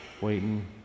waiting